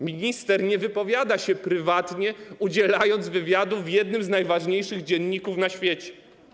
Minister nie wypowiada się prywatnie, udzielając wywiadu w jednym z najważniejszych dzienników na świecie.